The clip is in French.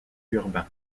urbain